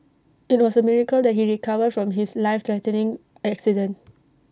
IT was A miracle that he recover from his life threatening accident